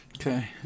okay